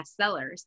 bestsellers